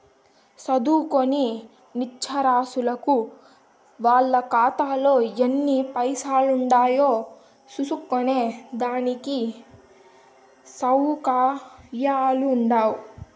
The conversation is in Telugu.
సదుంకోని నిరచ్చరాసులకు వాళ్ళ కాతాలో ఎన్ని పైసలుండాయో సూస్కునే దానికి సవుకర్యాలుండవ్